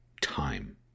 time